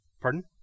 Pardon